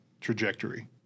trajectory